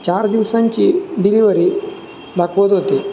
चार दिवसांची डिलिव्हरी दाखवत होती